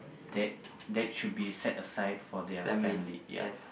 that that should be set aside for their family ya